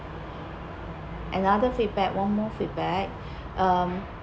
another feedback one more feedback um